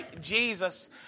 Jesus